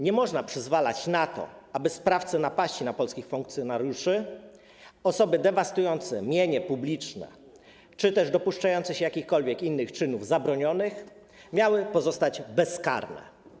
Nie można przyzwalać na to, aby sprawcy napaści na polskich funkcjonariuszy, osoby dewastujące mienie publiczne czy dopuszczające się jakichkolwiek innych czynów zabronionych miały pozostać bezkarne.